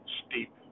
steep